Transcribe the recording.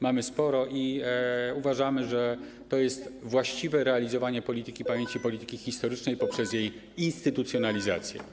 Mamy ich sporo i uważamy, że to jest właściwe realizowanie polityki pamięci, polityki historycznej poprzez jej instytucjonalizację.